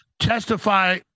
testify